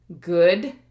good